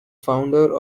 founder